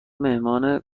مهمان